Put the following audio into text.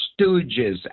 stooges